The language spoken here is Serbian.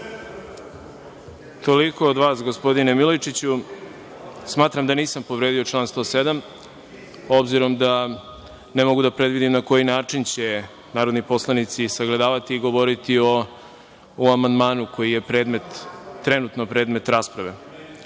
Toliko od vas gospodine Milojičiću. Smatram da nisam povredio član 107. obzirom da ne mogu da predvidim na koji način će narodni poslanici sagledavati i govoriti o amandmanu koji je trenutno predmet rasprave. Obzirom